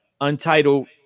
untitled